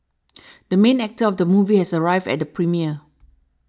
the main actor of the movie has arrived at the premiere